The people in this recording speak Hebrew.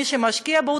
מי שמשקיע בו,